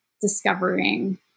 discovering